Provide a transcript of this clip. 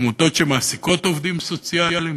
עמותות שמעסיקות עובדים סוציאליים.